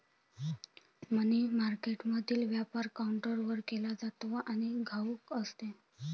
मनी मार्केटमधील व्यापार काउंटरवर केला जातो आणि घाऊक असतो